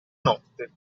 notte